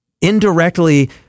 indirectly